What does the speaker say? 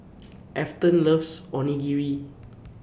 Afton loves Onigiri